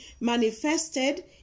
manifested